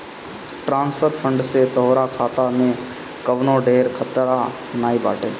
transfer fund से तोहार खाता पअ कवनो ढेर खतरा नाइ बाटे